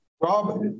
Rob